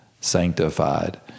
sanctified